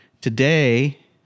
today